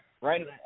Right